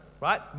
right